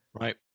right